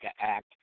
Act